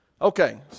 Okay